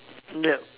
yup